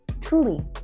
Truly